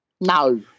No